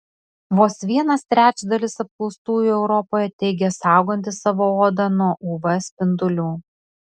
vos vienas trečdalis apklaustųjų europoje teigia saugantys savo odą nuo uv spindulių